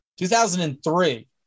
2003